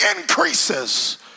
increases